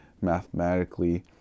mathematically